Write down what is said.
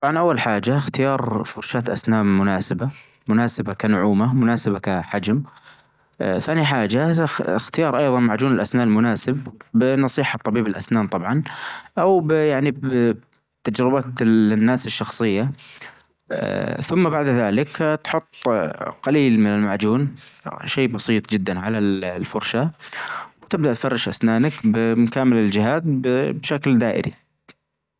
يعني اول حاجة اختيار فرشاة اسنان مناسبة مناسبة كنعومة مناسبة كحجم ثاني حاجة اختيار ايظا معجون الاسنان المناسب نصيحة لطبيب الاسنان طبعا او يعني بتجربة الناس الشخصية ثم بعد ذلك تحط قليل من المعجون شي بسيط جدا على الفرشة وتبدأ تفرش اسنانك بكامل الجهات بشكل دائري.